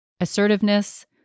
assertiveness